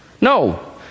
No